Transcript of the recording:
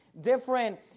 different